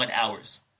hours